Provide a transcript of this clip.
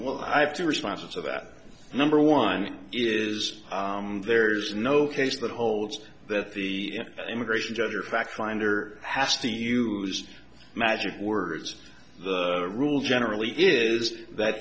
well i have two responses to that number one is there is no case that holds that the immigration judge or fact finder has to use magic words rule generally is that